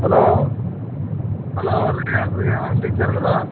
hello hello ரிஹா ரிஹானா டீச்சருங்களா